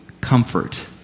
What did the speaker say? comfort